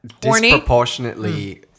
disproportionately